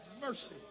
mercy